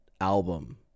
album